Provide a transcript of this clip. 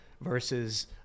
versus